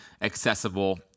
accessible